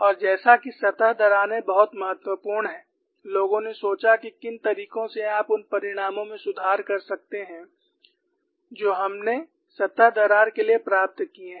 और जैसा कि सतह दरारें बहुत महत्वपूर्ण हैं लोगों ने सोचा कि किन तरीकों से आप उन परिणामों में सुधार कर सकते हैं जो हमने सतह दरार के लिए प्राप्त किए हैं